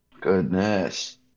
Goodness